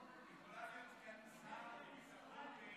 אני עולה לפה קודם כול כדי